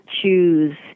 choose